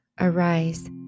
arise